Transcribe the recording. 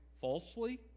falsely